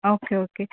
okay okay